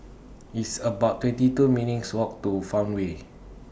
It's about twenty two minutes' Walk to Farmway